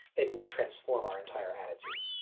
able to transform our entire attitude.